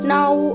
Now